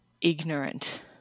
ignorant